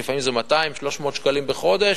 לפעמים זה 200 300 שקלים בחודש,